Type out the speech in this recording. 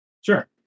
sure